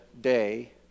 day